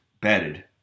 bedded